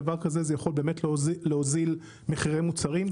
דבר כזה באמת יכול להוזיל מחירי מוצרים.